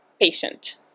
patient